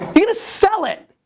you're gonna sell it!